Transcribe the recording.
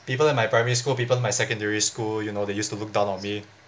people in my primary school people in my secondary school you know they used to look down on me